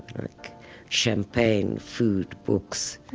like champagne, food, books.